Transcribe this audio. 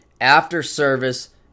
after-service